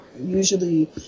usually